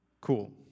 cool